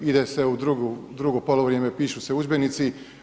Ide se u drugo poluvrijeme, pišu se udžbenici.